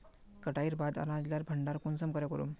कटाईर बाद अनाज लार भण्डार कुंसम करे करूम?